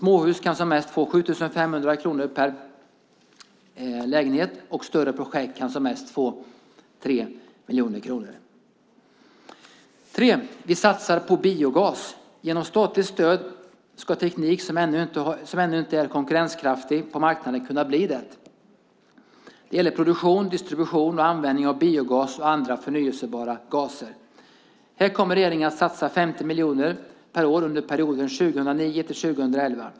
Man kan som mest få 7 500 kronor per småhus, och för större projekt kan man som mest få 3 miljoner kronor. För det tredje satsar vi på biogas. Genom statligt stöd ska teknik som ännu inte är konkurrenskraftig på marknaden kunna bli det. Det gäller produktion, distribution och användning av biogas och andra förnybara gaser. Här kommer regeringen att satsa 50 miljoner per år under perioden 2009-2011.